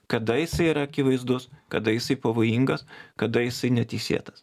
kada jisai yra akivaizdus kada jisai pavojingas kada jisai neteisėtas